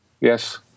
Yes